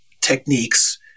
techniques